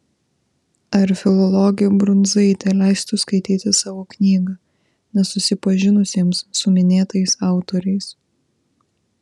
ar filologė brundzaitė leistų skaityti savo knygą nesusipažinusiesiems su minėtais autoriais